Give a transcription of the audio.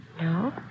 No